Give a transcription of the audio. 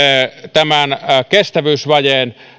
tämän kestävyysvajeen